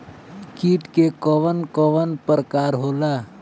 कीट के कवन कवन प्रकार होला?